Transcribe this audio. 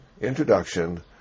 introduction